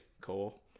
cool